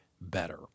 better